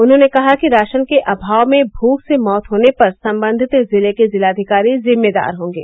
उन्होंने कहा कि राशन के अभाव में भूख से मौत होने पर संबंधित जिले के जिलाधिकारी जिम्मेदार होंगे